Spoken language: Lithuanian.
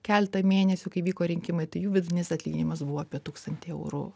keletą mėnesių kai vyko rinkimai tai jų vidutinis atlyginimas buvo apie tūkstantį eurų